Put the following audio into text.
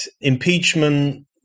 impeachment